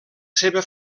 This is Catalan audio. seva